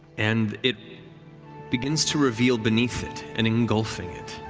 and it begins to reveal beneath it and engulfing it,